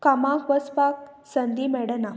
कामाक वचपाक संदी मेडना